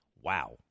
wow